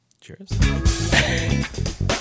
Cheers